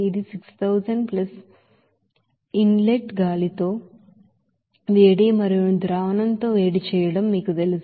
ఇది 6000 plus inlet గాలితో వేడి మరియుసొల్యూషన్ తో వేడి చేయడం మీకు తెలుసు